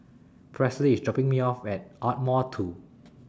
Presley IS dropping Me off At Ardmore two